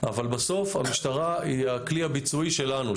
אבל בסוף המשטרה היא הכלי הביצועי שלנו,